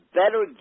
better